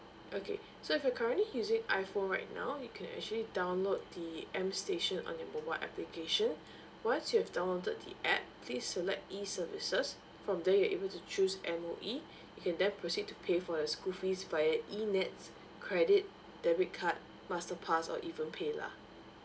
okay so if you currently using iphone right now you can actually download the M station on your mobile application once you have downloaded the app please select e services from there you'll able to choose M_O_E you can then proceed to pay for your school fees via e nets credit debit card masterpass or even paylah